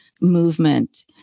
movement